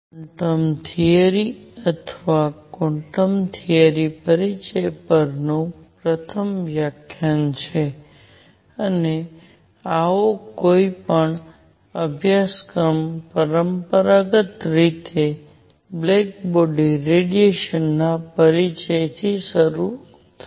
આ quantum theory અથવા quantum theory પરિચય પરનું પ્રથમ વ્યાખ્યાન છે અને આવો કોઈ પણ અભ્યાસક્રમ પરંપરાગત રીતે બ્લેક બોડી રેડિયેશનના પરિચયથી શરૂ થાય છે